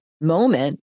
moment